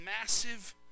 massive